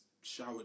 shower